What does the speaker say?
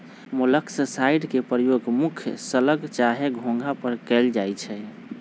मोलॉक्साइड्स के प्रयोग मुख्य स्लग चाहे घोंघा पर कएल जाइ छइ